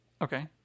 Okay